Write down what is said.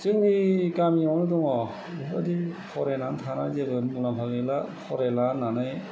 जोंनि गामियावनो दङ बेफोरबायदि फरायनानै थानानै जेबो मुलामफा गैला फरायला होननानै